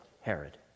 Herod